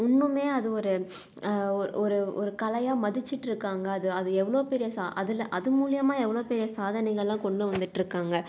இன்னுமே அது ஒரு ஒ ஒரு ஒரு கலையாக மதிச்சிட்டுருக்காங்க அது அது எவ்வளோ பெரிய சா அதில் அது மூலிமா எவ்வளோ பெரிய சாதனைகள்லாம் கொண்டு வந்துட்டுருக்காங்க